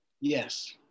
Yes